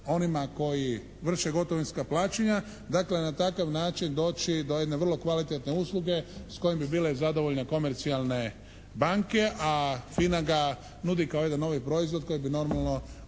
onima koji vrše gotovinska plaćanja, dakle na takav način doći do jedne vrlo kvalitetne usluge s kojom bi bile zadovoljne i komercijalne banke, a FINA ga nudi kao jedan novi proizvod koji bi normalno